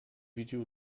video